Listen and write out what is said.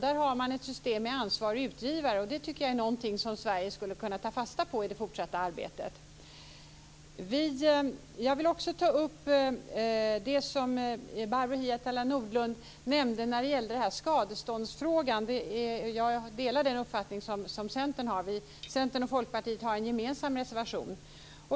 Där har man ett system med ansvarig utgivare, och det tycker jag är någonting som Sverige skulle kunna ta fasta på i det fortsatta arbetet. Jag vill också ta upp det som Barbro Hietala Nordlund nämnde när det gällde skadeståndsfrågan. Jag delar den uppfattning som Centern har. Centern och Folkpartiet har en gemensam reservation.